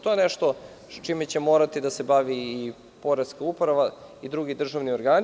To je nešto čime će morati da se bavi i poreska uprava i drugi državni organi.